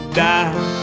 die